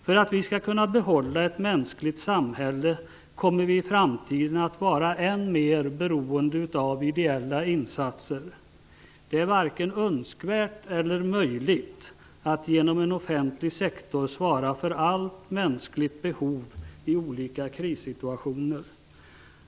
För att vi skall kunna behålla ett mänskligt samhälle kommer vi i framtiden att vara än mer beroende av ideella insatser. Det är varken önskvärt eller möjligt att genom en offentlig sektor tillgodose allt mänskligt behov i olika krissituationer.